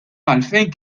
għalfejn